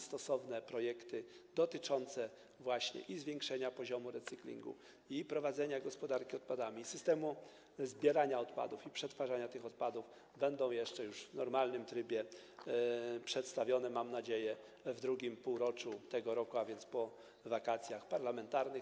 Stosowne projekty dotyczące właśnie podwyższenia poziomu recyklingu, prowadzenia gospodarki odpadami i systemu zbierania oraz przetwarzania tych odpadów będą jeszcze, już w normalnym trybie, przedstawione, mam nadzieję, w drugim półroczu tego roku, a więc po wakacjach parlamentarnych.